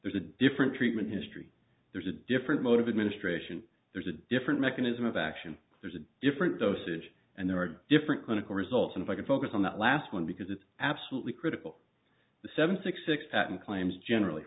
there's a different treatment history there's a different mode of ministration there's a different mechanism of action there's a different dosages and there are different clinical results and if i can focus on that last one because it's absolutely critical the seven six six patent claims generally